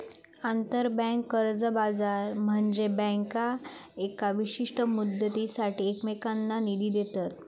आंतरबँक कर्ज बाजार म्हनजे बँका येका विशिष्ट मुदतीसाठी एकमेकांनका निधी देतत